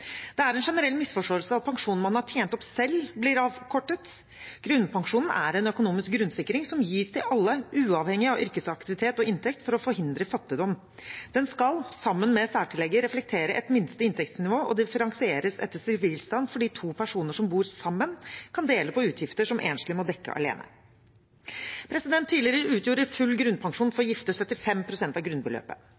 Det er en generell misforståelse at pensjon man har tjent opp selv, blir avkortet. Grunnpensjonen er en økonomisk grunnsikring som gis til alle, uavhengig av yrkesaktivitet og inntekt, for å forhindre fattigdom. Den skal sammen med særtillegget reflektere et minste inntektsnivå og differensieres etter sivilstand, fordi to personer som bor sammen, kan dele på utgifter som enslige må dekke alene. Tidligere utgjorde full grunnpensjon for